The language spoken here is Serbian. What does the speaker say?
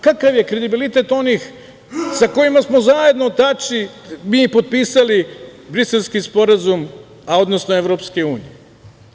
Kakav je kredibilitet onih sa kojima smo zajedno Tači i mi potpisali Briselski sporazum, odnosno Evropske unije?